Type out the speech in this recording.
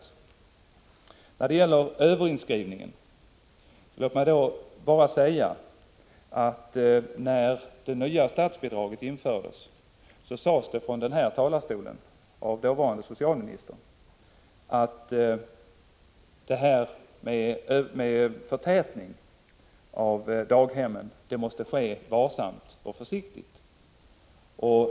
Låt mig när det gäller överinskrivningen bara säga att när det nya statsbidraget infördes sades det från den här talarstolen av dåvarande socialministern att förtätning av daghemmen måste ske varsamt och försiktigt.